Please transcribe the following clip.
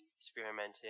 experimenting